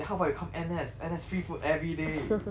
then how about you come N_S N_S free food everyday